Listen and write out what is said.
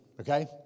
okay